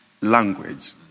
language